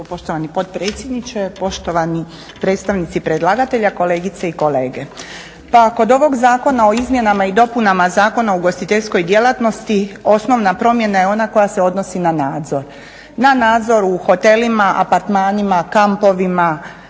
poštovani potpredsjedniče, poštovani predstavnici predlagatelja, kolegice i kolege. Pa kod ovog zakona o izmjenama i dopunama Zakona o ugostiteljskoj djelatnosti osnovna promjena je ona koja se odnosni na nadzor, na nadzor u hotelima, apartmanima, kampovima,